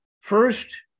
First